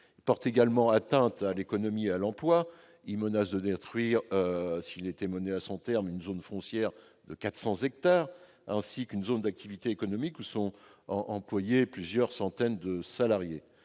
Il porte également atteinte à l'économie et à l'emploi, en menaçant de détruire, s'il est mené à son terme, une zone foncière de 400 hectares, ainsi qu'une zone d'activité économique où sont employés plusieurs centaines de salariés.